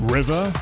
River